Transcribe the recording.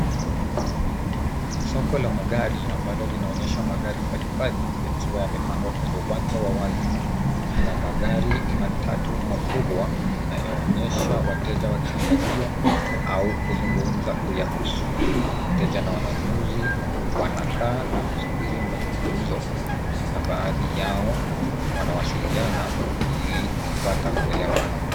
Soko la magari ambalo linaonyesha magari mbalimbali yakiwa yamepangwa kwenye uwanja wa wazi. Kuna magari matatu makubwa yanayoonyesha wateja wakiangalia au kuzungumza kuyahusu. Wateja na wanunuzi wanakaa na kusubiri mazungumzo na baadhi yao wanawasiliana ili kupata kuelewana.